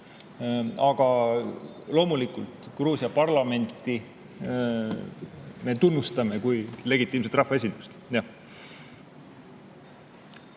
Aga loomulikult, Gruusia parlamenti me tunnustame kui legitiimset rahvaesindust,